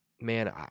Man